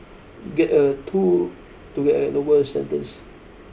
clearly a tool to get a lower sentence